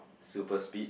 super speed